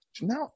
Now